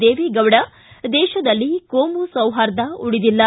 ದೇವೇಗೌಡ ದೇಶದಲ್ಲಿ ಕೋಮು ಸೌಹಾರ್ದ ಉಳಿದಿಲ್ಲ